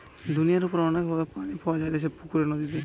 দুনিয়ার উপর অনেক ভাবে পানি পাওয়া যাইতেছে পুকুরে, নদীতে